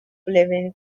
bolivian